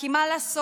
כי מה לעשות,